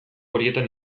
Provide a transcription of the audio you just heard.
horietan